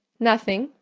nothing,